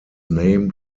named